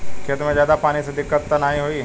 खेत में ज्यादा पानी से दिक्कत त नाही होई?